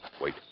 Wait